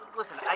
listen